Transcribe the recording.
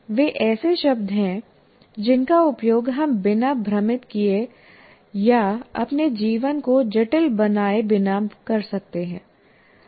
वे ऐसे शब्द हैं जिनका उपयोग हम बिना भ्रमित किए या अपने जीवन को जटिल बनाए बिना कर सकते हैं